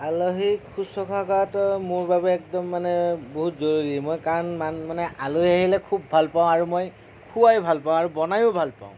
আলহীক শুশ্ৰূষা কৰাতো মোৰ বাবে একদম মানে বহুত জৰুৰী মই কাৰণ মানে আলহী আহিলে খুব ভাল পাওঁ আৰু মই খুৱাই ভাল পাওঁ আৰু বনাইয়ো ভাল পাওঁ